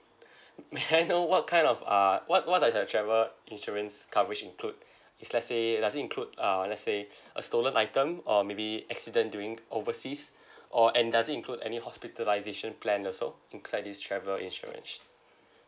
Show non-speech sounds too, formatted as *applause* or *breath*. *breath* may I know what kind of uh what what does the travel insurance coverage include *breath* if let's say does it include uh let's say *breath* a stolen item or maybe accident during overseas *breath* or and does it include any hospitalisation plan also inside this travel insurance